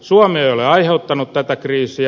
suomi ei ole aiheuttanut tätä kriisiä